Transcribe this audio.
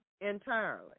entirely